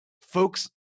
folks